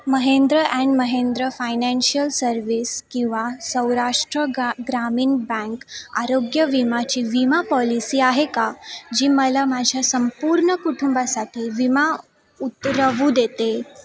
Mahindra and Mahindra financial service किंवा सौराष्ट्र गा Gramin bank आरोग्य विमाची विमा पॉलिसी आहे का जी मला माझ्या संपूर्ण कुटुंबासाठी विमा उतरवू देते